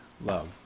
love